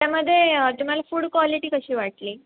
त्यामध्ये तुम्हाला food quality कशी वाटली